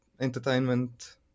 entertainment